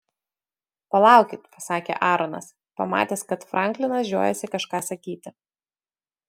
palaukit pasakė aaronas pamatęs kad franklinas žiojasi kažką sakyti